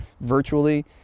virtually